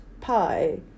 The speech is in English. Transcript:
pie